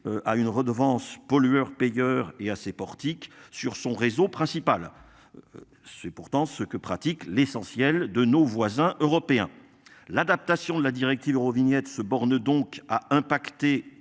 à une redevance pollueur payeur et à ces portiques sur son réseau principal. C'est pourtant ce que pratique l'essentiel de nos voisins européens. L'adaptation de la directive Eurovignette se borne donc à impacter